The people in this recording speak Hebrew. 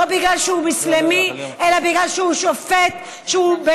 לא בגלל שהוא מוסלמי אלא בגלל שהוא שופט שבהחלט